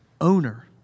owner